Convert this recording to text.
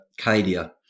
Cadia